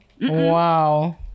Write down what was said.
Wow